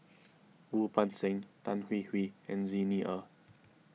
Wu Peng Seng Tan Hwee Hwee and Xi Ni Er